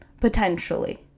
potentially